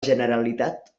generalitat